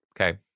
Okay